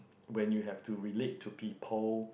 when you have to relate to people